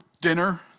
dinner